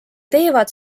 teevad